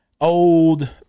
old